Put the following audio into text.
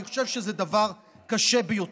אני חושב שזה דבר קשה ביותר.